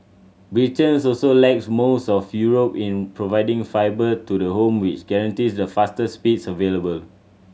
Britain's also lags most of Europe in providing fibre to the home which guarantees the fastest speeds available